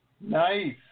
Nice